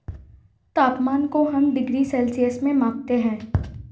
तापमान को हम डिग्री सेल्सियस में मापते है